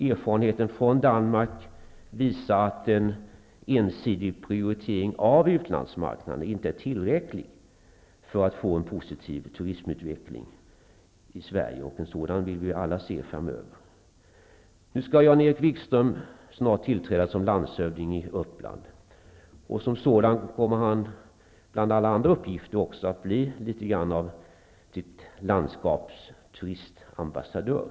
Erfarenheter från Danmark visar att en ensidig prioritering av utlandsmarknaden inte är tillräcklig när det gäller att åstadkomma en positiv utveckling av turismen i Sverige. Alla vill vi ju se en sådan framöver. Snart tillträder Jan-Erik Wikström posten som landshövding i Uppsla län. Som sådan kommer han bland alla andra uppgifter också att ha uppgiften att litet grand vara sitt läns turistambassadör.